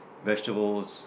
vegetables